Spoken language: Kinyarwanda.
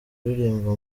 uririmba